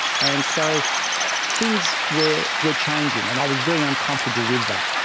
and so things were were changing and i was very uncomfortable with that.